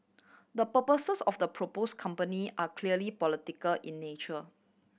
the purposes of the propose company are clearly political in nature